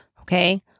Okay